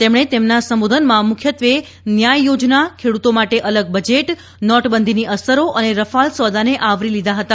તેમણે તેમના સંબોધનમાં મુખ્યત્વે ન્યાય યોજના ખેડૂતો માટે અલગ બજેટ નોટબંધીની અસરો અને રફાલ સોદાને આવરી લીધા હતા